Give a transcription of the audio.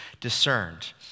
discerned